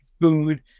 food